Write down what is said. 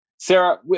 Sarah